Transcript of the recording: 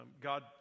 god